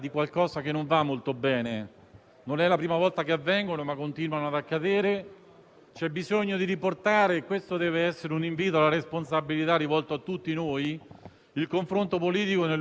È qualcosa da cui dobbiamo assolutamente proteggere le istituzioni. Questo è un dovere che abbiamo al di là della nostra provenienza, della nostra appartenenza partitica, delle nostre storie personali.